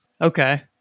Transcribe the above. Okay